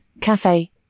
cafe